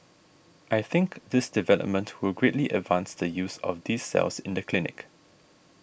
I think this development will greatly advance the use of these cells in the clinic